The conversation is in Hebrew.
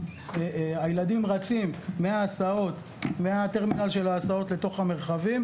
הילדים רצים מהטרמינל של ההסעות לתוך המרחבים.